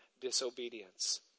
disobedience